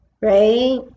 right